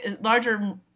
larger